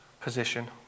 position